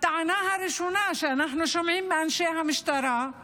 הטענה הראשונה שאנחנו שומעים מאנשי המשטרה היא